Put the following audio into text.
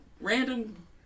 random